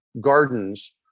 gardens